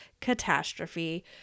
catastrophe